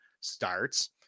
starts